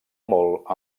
molt